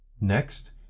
next